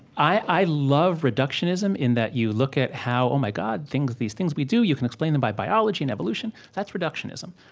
i love reductionism, in that you look at how oh, my god, these things we do, you can explain them by biology and evolution that's reductionism.